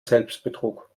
selbstbetrug